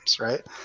right